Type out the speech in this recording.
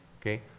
Okay